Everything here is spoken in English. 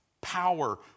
power